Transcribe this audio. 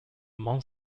monte